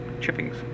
chippings